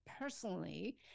personally